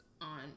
on